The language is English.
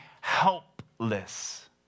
helpless